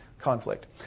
conflict